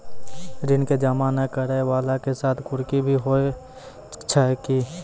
ऋण के जमा नै करैय वाला के साथ कुर्की भी होय छै कि?